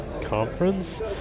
conference